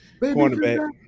cornerback